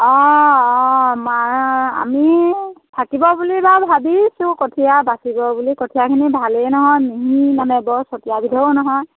অং অঁ মাৰ আমি থাকিব বুলি বাৰু ভাবিছোঁ কঠীয়া বাচিব বুলি কঠীয়াখিনি ভালেই নহয় মিহি মানে বৰ ছটিয়াবিধৰো নহয়